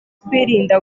kwirinda